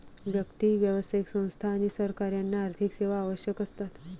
व्यक्ती, व्यावसायिक संस्था आणि सरकार यांना आर्थिक सेवा आवश्यक असतात